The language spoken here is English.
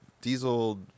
diesel